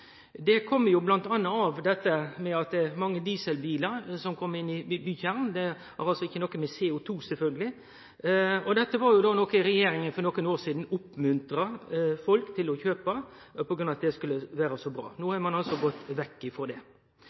at det er mange dieselbilar som kjem inn i bykjernen – det har altså ikkje noko med CO2 å gjere, sjølvsagt. Det var noko regjeringa for nokre år sidan oppmuntra folk til å kjøpe, på grunn av at det skulle vere så bra. No har man altså gått vekk ifrå det.